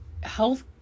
health